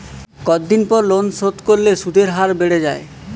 কতদিন পর লোন শোধ করলে সুদের হার বাড়ে য়ায়?